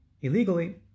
illegally